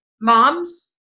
moms